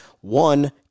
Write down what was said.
one